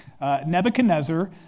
Nebuchadnezzar